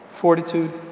Fortitude